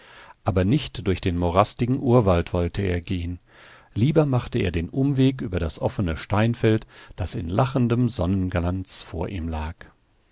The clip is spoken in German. aber nicht durch den morastigen urwald wollte er gehen lieber machte er den umweg über das offene steinfeld das in lachendem sonnenglanz vor ihm lag